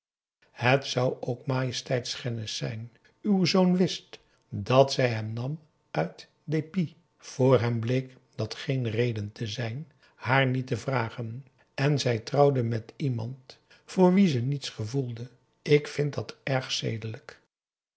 het zou ook majesteitschennis zijn uw zoon wist dat zij hem nam uit dépit voor hem bleek dat geen reden te zijn haar niet te vragen en zij trouwde met iemand voor wien ze niets gevoelde ik vind dat erg zedelijk